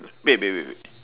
wait wait wait wait